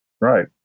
Right